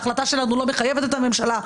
ההחלטה שלנו לא מחייבת את הממשלה,